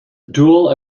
dual